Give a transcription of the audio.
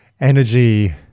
energy